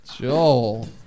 Joel